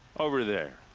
over there.